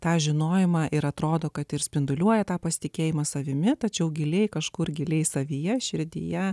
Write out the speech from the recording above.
tą žinojimą ir atrodo kad ir spinduliuoja tą pasitikėjimą savimi tačiau giliai kažkur giliai savyje širdyje